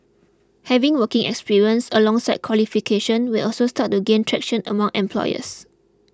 having working experience alongside qualifications will also start to gain traction among employers